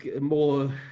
more